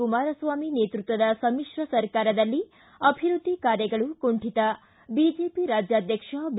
ಕುಮಾರಸ್ನಾಮಿ ನೇತೃತ್ವದ ಸಮಿತ್ರ ಸರ್ಕಾರದಲ್ಲಿ ಅಭಿವೃದ್ಧಿ ಕಾರ್ಯಗಳು ಕುಂಠಿತ ಬಿಜೆಪಿ ರಾಜ್ಯಾಧ್ಯಕ್ಷ ಬಿ